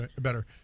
better